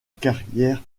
carrière